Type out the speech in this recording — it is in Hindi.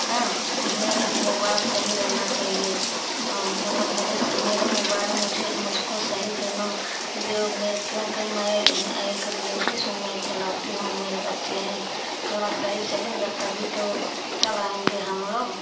हाँ मेरे मोबाइल सही रहना चाहिए और मोबाइल मुझे सही मेरे मोबाइल मुझे मुझको सही देना बैग में रखती हूँ क्योंकि मैं एक लेडीज हूँ मैं चलाती हूँ मेरे बच्चे हैं थोड़ा सही चलेगा तभी तो चलाएँगे हम लोग